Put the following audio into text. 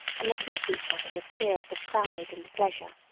and they kissed each other with tears of pride and pleasure.